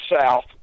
south